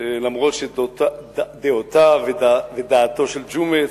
למרות שדעותיו ודעתו של ג'ומס